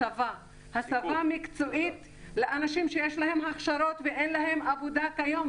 הסבה מקצועית לאנשים שיש להם הכשרות ואין להם עבודה כיום,